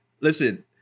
listen